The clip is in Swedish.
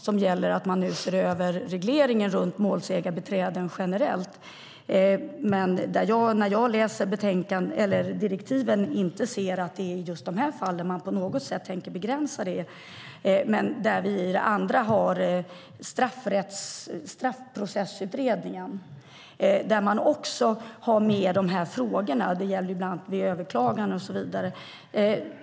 Den gäller att man nu ser över regleringen runt målsägandebiträden generellt. Men när jag läser direktiven ser jag inte att man i just de här fallen på något sätt tänker begränsa det. Sedan har vi Straffprocessutredningen, där man också har med de här frågorna. Det gäller överklaganden och så vidare.